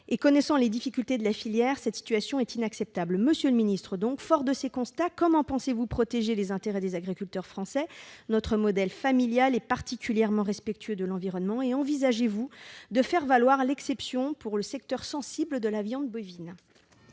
Connaissant les difficultés que rencontre la filière, cette situation est inacceptable. Monsieur le secrétaire d'État, fort de ces constats, comment pensez-vous protéger les intérêts des agriculteurs français ? Notre modèle familial est particulièrement respectueux de l'environnement. Envisagez-vous de faire valoir l'exception pour le secteur sensible de la viande bovine ?